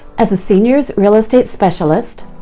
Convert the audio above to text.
as a seniors real estate specialist,